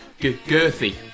girthy